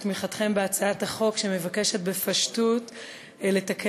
הצעת חוק קליטת חיילים משוחררים